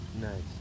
Nice